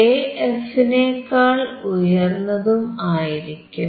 AF നേക്കാൾ ഉയർന്നതും ആയിരിക്കും